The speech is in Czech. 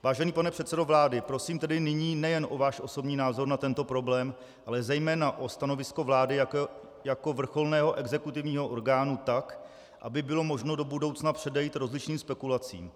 Vážený pane předsedo vlády, prosím tedy nyní nejen o váš osobní názor na tento problém, ale zejména o stanovisko vlády jako vrcholného exekutivního orgánu, tak aby bylo možno do budoucna předejít rozličným spekulacím.